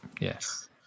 Yes